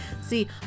See